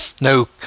no